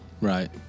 Right